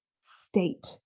state